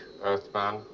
Earthman